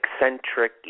eccentric